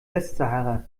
westsahara